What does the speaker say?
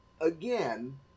again